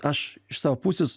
aš iš savo pusės